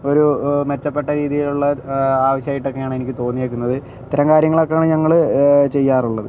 ഒരു മെച്ചപ്പെട്ട രീതിയിലുള്ള ആവശ്യമായിട്ടൊക്കെയാണ് എനിക്ക് തോന്നിയിട്ടുള്ളത് ഇത്രയും കാര്യങ്ങളൊക്കെയാണ് ഞങ്ങൾ ചെയ്യാറുള്ളത്